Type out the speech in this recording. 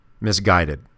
misguided